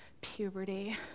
puberty